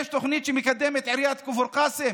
יש תוכנית שמקדמת עיריית כפר קאסם